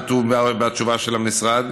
כתוב בתשובה של המשרד,